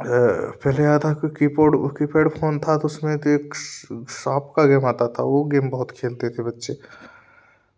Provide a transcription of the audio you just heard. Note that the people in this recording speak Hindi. ए पहले आया था कीपोड कीपैड फोन था तो उसमें तो एक सांप का गेम आता था वो गेम बहुत खेलते थे बच्चे